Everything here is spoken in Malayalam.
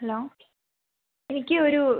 ഹലോ എനിക്ക് ഒരു